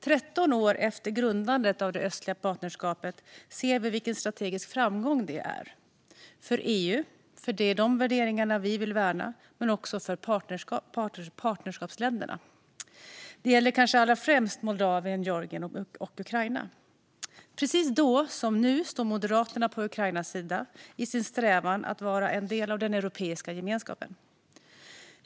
13 år efter grundandet av det östliga partnerskapet ser vi vilken strategisk framgång det är - för EU, för de värderingar vi vill värna men också för partnerskapsländerna. Det gäller kanske allra främst Moldavien, Georgien och Ukraina. Precis som då står Moderaterna nu på Ukrainas sida i deras strävan att vara en del av den europeiska gemenskapen.